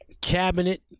Cabinet